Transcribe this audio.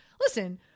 Listen